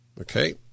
Okay